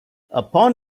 upon